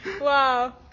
Wow